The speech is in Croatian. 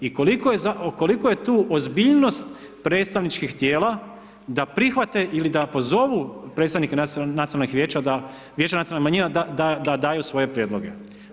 I koliko je tu ozbiljnost predstavničkih tijela da prihvate ili da pozovu predstavnike nacionalnih vijeća, Vijeća nacionalnih manjina da daju svoje prijedloge.